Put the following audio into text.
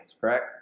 correct